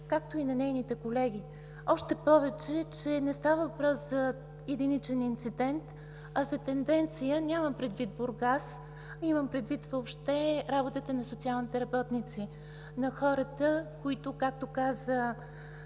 както и на нейните колеги. Още повече, че не става въпрос за единичен инцидент, а за тенденция. Нямам предвид Бургас, а имам предвид въобще работата на социалните работници, на хората, които, както каза